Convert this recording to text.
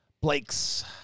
Blake's